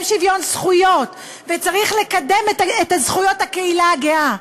שוויון זכויות וצריך לקדם את זכויות הקהילה הגאה,